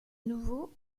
nouveau